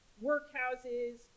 Workhouses